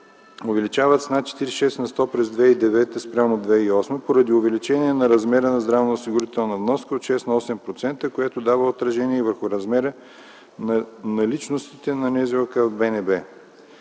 увеличават с над 46 на сто през 2009 г. спрямо 2008 г. поради увеличение на размера на здравноосигурителната вноска от 6 на 8%, което дава отражение върху размера на наличностите на НЗОК в БНБ.